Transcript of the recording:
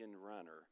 runner